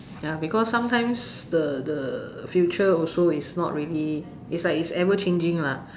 ya because sometimes the the future also is not really it's like it's ever changing lah